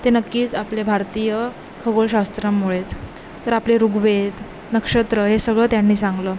ते नक्कीच आपले भारतीय खगोलशास्त्रांमुळेच तर आपले ऋग्वेद नक्षत्र हे सगळं त्यांनी सांगितलं